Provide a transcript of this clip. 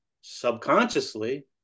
subconsciously